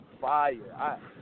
fire